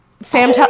Sam